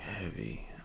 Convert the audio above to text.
heavy